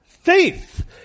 Faith